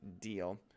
deal